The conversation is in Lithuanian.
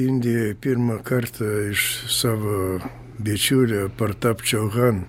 indijai pirmą kartą iš savo bičiulio partapčio ham